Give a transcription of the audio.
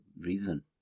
reason